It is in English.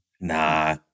Nah